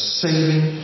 saving